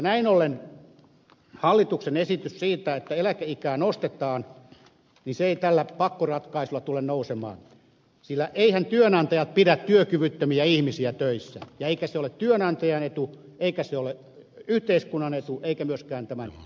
näin ollen hallituksen esitys siitä että eläkeikää nostetaan on pakkoratkaisu jolla se ei tule nousemaan sillä eiväthän työnantajat pidä työkyvyttömiä ihmisiä töissä eikä se ole työnantajan etu eikä se ole yhteiskunnan etu eikä myöskään tämän henkilön etu